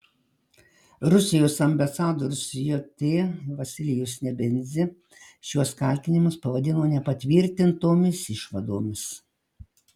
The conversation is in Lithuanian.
rusijos ambasadorius jt vasilijus nebenzia šiuos kaltinimus pavadino nepatvirtintomis išvadomis